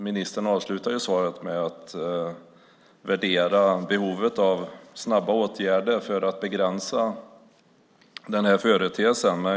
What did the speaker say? Ministern avslutar ju svaret med att värdera behovet av snabba åtgärder för att begränsa den här företeelsen.